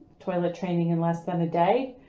toilet training in less than a day,